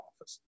office